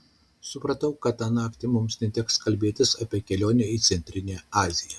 supratau kad tą naktį mums neteks kalbėtis apie kelionę į centrinę aziją